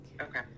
Okay